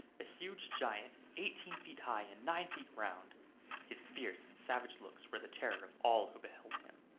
a huge giant, eighteen feet high and nine feet round his fierce and savage looks were the terror of all who beheld him.